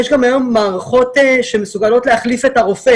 יש היום גם מערכות שמסוגלות להחליף את הרופא